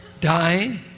dying